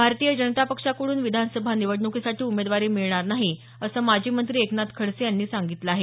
भारतीय जनता पक्षाकडून विधानसभा निवडणुकीसाठी उमेदवारी मिळणार नाही असं माजी मंत्री एकनाथ खडसे यांनी सांगितलं आहे